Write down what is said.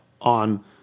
on